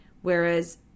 Whereas